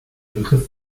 begriff